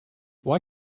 why